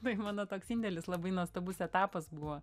tai mano toks indėlis labai nuostabus etapas buvo